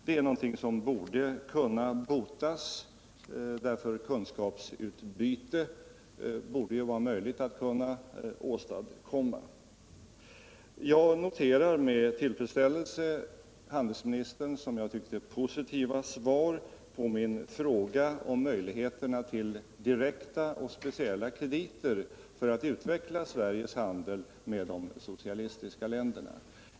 Det är någonting som borde kunna botas — kunskapsutbyte borde vara möjligt att åstadkomma. Jag noterar med tillfredsställelse handelsministerns som jag tycker positiva svar på min fråga om möjligheterna till direkta och speciella krediter för att utveckla Sveriges handel med de socialistiska länderna.